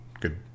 good